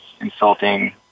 insulting